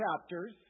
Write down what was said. chapters